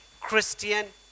Christian